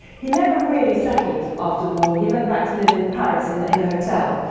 he never really settled after the war. he went back to live in paris in in a hotel,